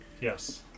yes